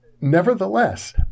nevertheless